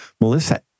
Melissa